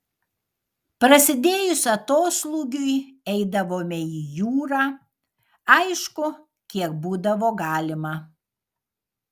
prasidėjus atoslūgiui eidavome į jūrą aišku kiek būdavo galima